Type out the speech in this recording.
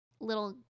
little